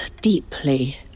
deeply